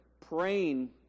praying